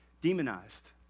demonized